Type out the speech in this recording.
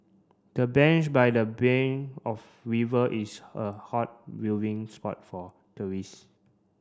the bench by the bank of river is a hot viewing spot for tourists